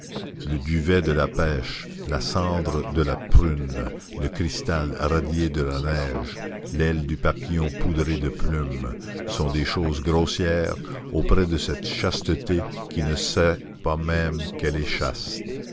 le duvet de la pêche la cendre de la prune le cristal radié de la neige l'aile du papillon poudrée de plumes sont des choses grossières auprès de cette chasteté qui ne sait pas même qu'elle est chaste